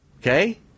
Okay